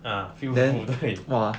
ah full full 对